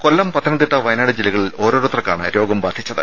കൊല്ലം പത്തനംതിട്ട വയനാട് ജില്ലകളിൽ ഓരോരുത്തർക്കുമാണ് രോഗം ബാധിച്ചത്